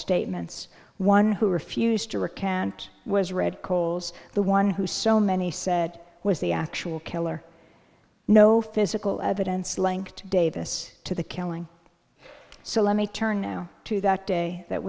statements one who refused to recant was red coals the one who so many said was the actual killer no physical evidence linked davis to the killing so let me turn now to that day that